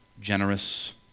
generous